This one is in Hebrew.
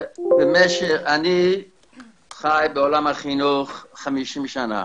אני חי בעולם החינוך 50 שנה.